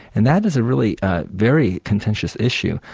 and that is a really ah very contentious issue.